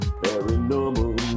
paranormal